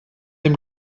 them